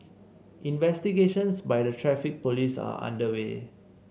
investigations by the Traffic Police are underway